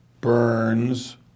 Burns